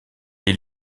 est